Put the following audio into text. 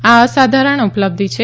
આ અસાધારણ ઉપલબ્ધિ છે